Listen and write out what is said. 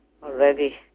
already